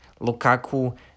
Lukaku